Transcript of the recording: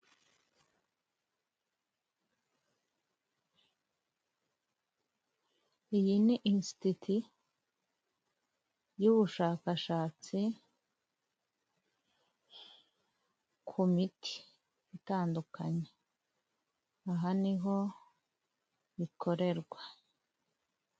Iyi ni insititi y'ubushakashatsi, ku miti itandukanye, aha niho bikorerwa.